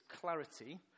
clarity